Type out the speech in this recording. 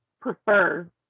prefer